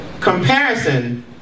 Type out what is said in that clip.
Comparison